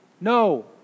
No